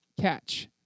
catch